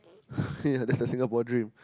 okay ya that's the Singapore dream